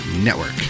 Network